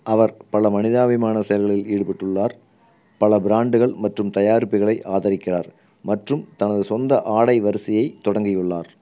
அவர் பல மனிதாபிமான செயல்களில் ஈடுபட்டுள்ளார் பல பிராண்டுகள் மற்றும் தயாரிப்புகளை ஆதரிக்கிறார் மற்றும் தனது சொந்த ஆடை வரிசையை தொடங்கியுள்ளார்